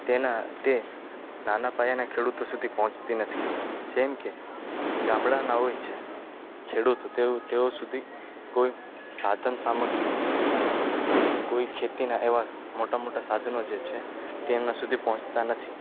તેનાં તે નાના પાયાનાં ખેડૂતો સુધી પહોંચતી નથી જેમ કે ગામડાનાં હોય છે ખેડૂતો તેઓ તેઓ સુધી કોઈ સાધન સામગ્રી અને કોઈ ખેતીનાં એવાં મોટાં મોટાં સાધનો જે છે તે એમનાં સુધી પહોંચતા નથી